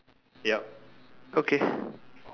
ya okay